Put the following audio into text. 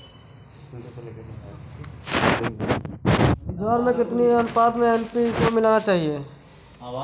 ज्वार में कितनी अनुपात में एन.पी.के मिलाना चाहिए?